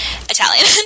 Italian